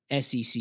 SEC